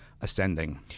Ascending